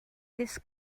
this